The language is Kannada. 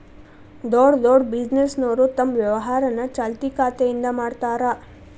ದೊಡ್ಡ್ ದೊಡ್ಡ್ ಬಿಸಿನೆಸ್ನೋರು ತಮ್ ವ್ಯವಹಾರನ ಚಾಲ್ತಿ ಖಾತೆಯಿಂದ ಮಾಡ್ತಾರಾ